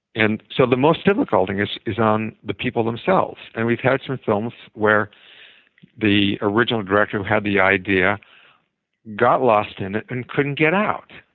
and so the most difficult thing is is on the people themselves. and we've had some films where the original director who had the idea got lost in it and couldn't get out.